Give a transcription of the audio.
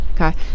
okay